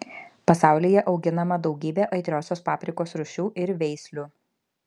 pasaulyje auginama daugybė aitriosios paprikos rūšių ir veislių